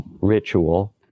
ritual